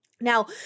Now